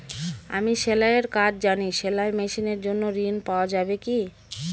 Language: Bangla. আমি সেলাই এর কাজ জানি সেলাই মেশিনের জন্য ঋণ পাওয়া যাবে কি?